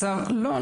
לא.